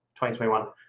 2021